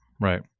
Right